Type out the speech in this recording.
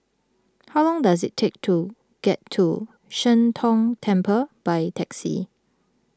how long does it take to get to Sheng Tong Temple by taxi